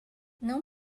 não